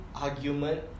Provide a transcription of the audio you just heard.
Argument